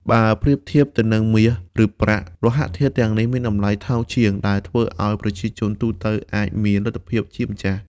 បើប្រៀបធៀបទៅនឹងមាស ឬប្រាក់ លោហៈធាតុទាំងនេះមានតម្លៃថោកជាង ដែលធ្វើឲ្យប្រជាជនទូទៅអាចមានលទ្ធភាពជាម្ចាស់។